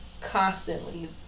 constantly